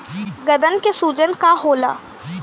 गदन के सूजन का होला?